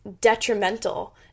detrimental